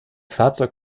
fahrzeug